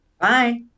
Bye